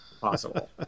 possible